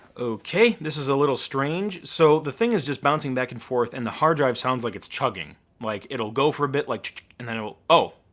okay, this is a little strange. so the thing is just bouncing back and forth and the hard drive sounds like it's chugging, like it will go for a bit like and then it will, oh.